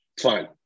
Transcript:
Fine